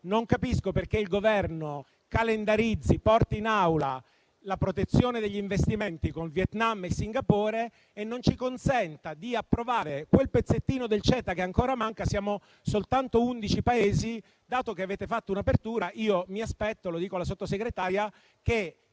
Non capisco allora perché il Governo calendarizzi e porti in Aula la protezione degli investimenti con Vietnam e Singapore e non ci consenta di approvare quel pezzettino del CETA che ancora manca. Siamo soltanto undici Paesi: dato che avete fatto un'apertura, mi aspetto - lo dico alla Sottosegretaria - che